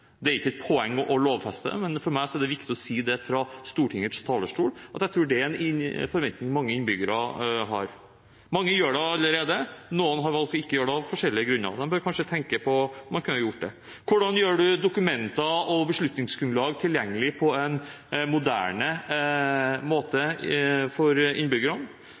Det er ikke et poeng å lovfeste det, men for meg er det viktig å si fra Stortingets talerstol at jeg tror det er en forventning mange innbyggere har. Mange gjør det allerede. Noen har valgt ikke å gjøre det av forskjellige grunner. De bør kanskje tenke på om de kan gjøre det. Hvordan gjør man dokumenter og beslutningsgrunnlag tilgjengelig på en moderne måte for innbyggerne?